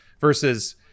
versus